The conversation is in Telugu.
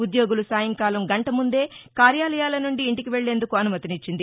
ఉద్యోగులు సాయంకాలం గంట ముందే కార్యాలయాల నుండి ఇంటికి వెక్లేందుకు అనుమతిచ్చింది